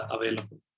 available